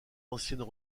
anciennes